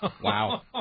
Wow